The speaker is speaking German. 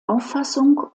auffassung